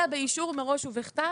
אלא באישור מראש ובכתב.